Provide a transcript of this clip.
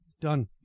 done